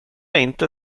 inte